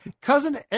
cousin –